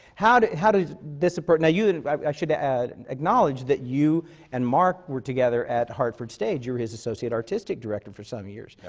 how did how did this support now, you and i should ah and acknowledge that you and mark were together at hartford stage. you were his associate artistic director for some years.